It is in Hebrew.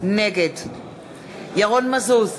נגד ירון מזוז,